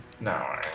No